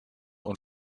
und